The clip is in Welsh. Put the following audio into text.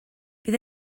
bydd